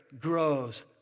grows